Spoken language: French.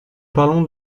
parlons